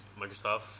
Microsoft